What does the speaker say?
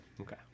Okay